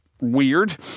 weird